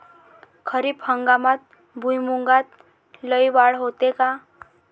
खरीप हंगामात भुईमूगात लई वाढ होते का?